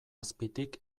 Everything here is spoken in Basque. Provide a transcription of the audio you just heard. azpitik